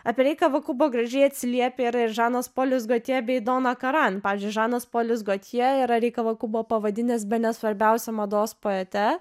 apie rei kavakubo gražiai atsiliepia ir ir žanas polis gotjė bei dona karan pavyzdžiui žanas polis gotjė yra rei kavakubo pavadinęs bene svarbiausia mados poete